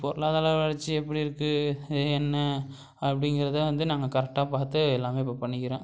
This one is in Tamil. பொருளாதார வளர்ச்சி எப்படி இருக்குது என்ன அப்படிங்கிறத வந்து நாங்கள் கரெக்டாக பார்த்து எல்லாமே இப்போ பண்ணிக்கிறோம்